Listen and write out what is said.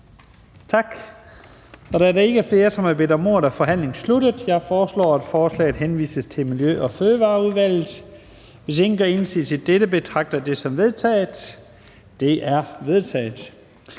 SF. Da der ikke er flere, som har bedt om ordet, er forhandlingen sluttet. Jeg foreslår, at forslaget til folketingsbeslutning henvises til Miljø- og Fødevareudvalget. Hvis ingen gør indsigelse, betragter jeg det som vedtaget. Det er vedtaget.